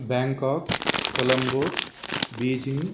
Bangkok Colombo Beijing